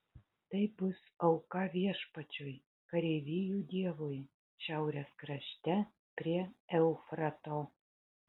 tai bus auka viešpačiui kareivijų dievui šiaurės krašte prie eufrato